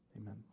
Amen